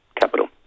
capital